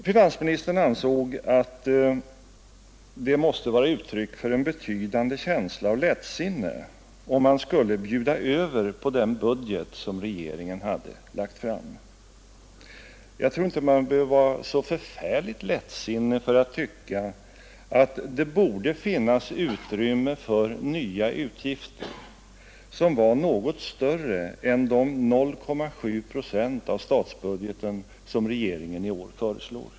Finansministern ansåg att det måste vara uttryck för en betydande känsla av lättsinne om man skulle bjuda över på den budget som regeringen lagt fram. Men jag tror inte man behöver vara så förfärligt lättsinnig för att tycka att det borde finnas utrymme för nya utgifter som var något större än de 0,7 procent av statsbudgeten som regeringen i år föreslår.